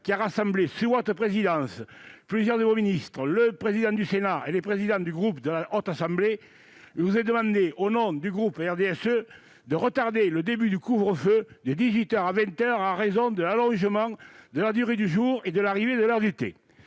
qui a rassemblé sous votre présidence plusieurs de vos ministres, le président du Sénat et les présidents des groupes de la Haute Assemblée, je vous ai demandé, au nom du RDSE, de retarder le début du couvre-feu de dix-huit heures à vingt heures, en raison de l'allongement de la durée du jour et de l'arrivée de l'heure d'été.